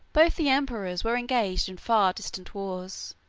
both the emperors were engaged in far distant wars,